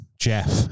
Jeff